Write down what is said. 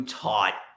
taught